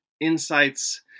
insights